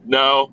no